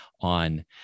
on